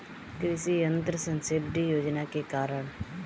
कृषि यंत्र सब्सिडी योजना के कारण?